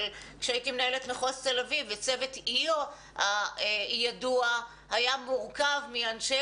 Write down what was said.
שהייתי מנהלת מחוז תל אביב וצוות עיר ידוע היה מורכב מאנשי